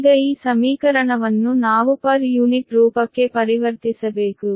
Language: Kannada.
ಈಗ ಈ ಸಮೀಕರಣವನ್ನು ನಾವು ಪರ್ ಯೂನಿಟ್ ರೂಪಕ್ಕೆ ಪರಿವರ್ತಿಸಬೇಕು